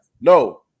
No